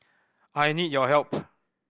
I need your help